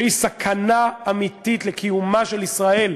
שהיא סכנה אמיתית לקיומה של ישראל,